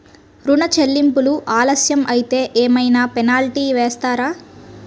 ఋణ చెల్లింపులు ఆలస్యం అయితే ఏమైన పెనాల్టీ వేస్తారా?